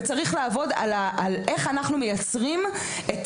וצריך לעבוד על איך אנחנו מייצרים את